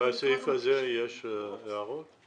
הסעיף הזה יש הערות.